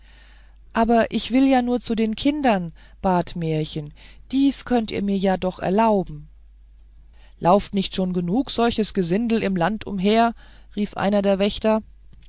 aber ich will ja nur zu den kindern bat märchen dies könnt ihr mir ja doch erlauben lauft nicht schon genug solches gesindel im land umher rief einer der wächter